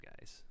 guys